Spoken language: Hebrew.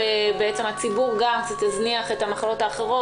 הציבור הזניח את המחלות האחרות,